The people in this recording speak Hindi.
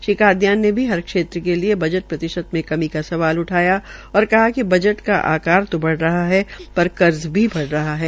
श्री कादयान ने भी हर क्षेत्र के लिये बजट प्रतिशत मे कमी का सवाल उठाया और कहा कि बजट का आकार तो बढ़ रहा है पर कर्ज भी बढ़ रहा है